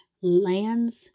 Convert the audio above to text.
lands